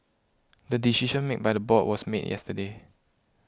the decision made by the board was made yesterday